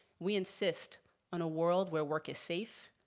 we insist on a world where work is safe,